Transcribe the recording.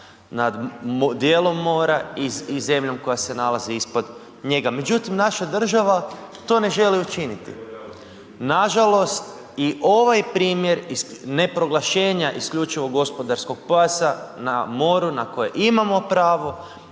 nad dijelom mora i zemljom koja se nalazi ispod njega. Međutim, naša država to ne želi učiniti. Nažalost, i ovaj primjer ne proglašenja isključivog gospodarskog pojasa na moru na koje imamo pravo